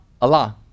Allah